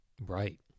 Right